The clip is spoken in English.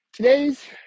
Today's